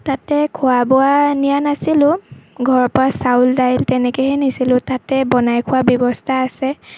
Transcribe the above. তাতে খোৱা বোৱা নিয়া নাছিলোঁ ঘৰৰ পৰা চাউল ডাইল তেনেকেহে নিছিলোঁ তাতে বনাই খোৱাৰ ব্যৱস্থা আছে